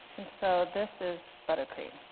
and so this is buttercream.